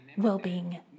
well-being